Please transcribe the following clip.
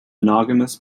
monogamous